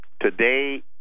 Today